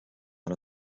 aan